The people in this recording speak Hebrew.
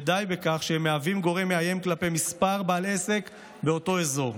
ודי בכך שהם מהווים גורם מאיים כלפי מספר בעלי עסק באותו אזור.